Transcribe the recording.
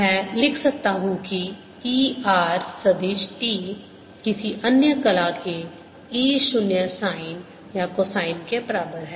मैं लिख सकता हूं कि E r सदिश t किसी अन्य कला के E 0 साइन या कोसाइन के बराबर है